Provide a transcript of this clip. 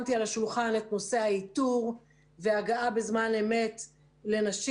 שמתי על השולחן את נושא האיתור והגעה בזמן אמת לנשים.